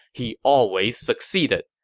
he always succeeded.